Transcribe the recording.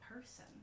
person